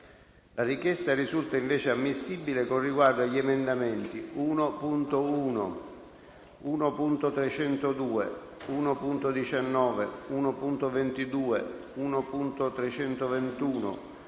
La richiesta risulta invece ammissibile con riguardo agli emendamenti 1.1, 1.302, 1.19, 1.22, 1.321,